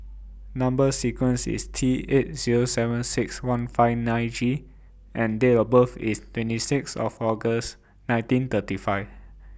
Number sequence IS T eight Zero seven six one five nine G and Date of birth IS twenty six of August nineteen thirty five